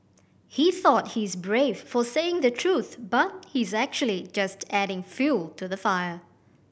he thought he is brave for saying the truth but he is actually just adding fuel to the fire